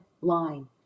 line